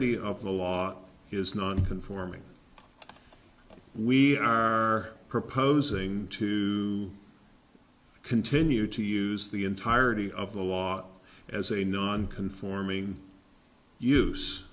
entirety of the law is not conforming we are proposing to continue to use the entirety of the law as a nonconforming use